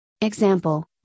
example